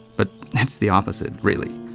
but it's the opposite, really.